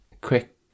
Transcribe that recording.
quick